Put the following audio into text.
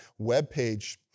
webpage